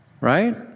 right